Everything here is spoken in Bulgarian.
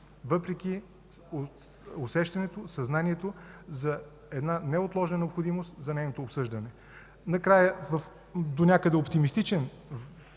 въпреки усещането и съзнанието за една неотложна необходимост за нейното обсъждане. Накрая, донякъде в оптимистичен